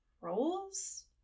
roles